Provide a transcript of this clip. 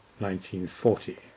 1940